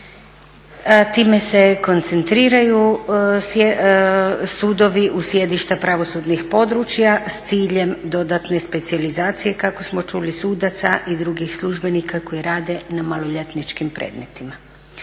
Time se koncentriraju sudovi u sjedišta pravosudnih područja s ciljem dodatne specijalizacije kako smo čuli sudaca i drugih službenika koji rade na maloljetničkim predmetima.